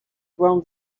grown